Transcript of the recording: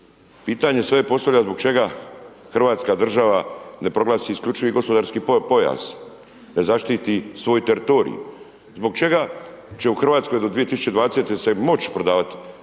Pitanje se sada postavlja zbog čega Hrvatska država ne proglasi isključivi gospodarski pojas, ne zaštiti svoj teritorij, zbog čega će u Hrvatskoj će se do 2020. se moć prodavati